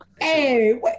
Hey